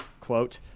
Quote